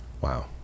Wow